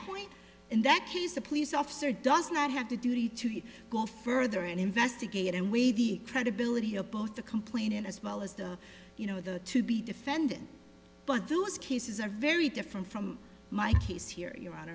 point in that case the police officer does not have to duty to go further and investigate and weigh the credibility of both the complainant as well as the you know the to be defendant but those cases are very different from my case here your hon